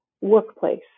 workplace